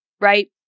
right